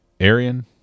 Arian